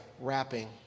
wrapping